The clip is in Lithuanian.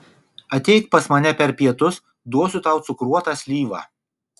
ateik pas mane per pietus duosiu tau cukruotą slyvą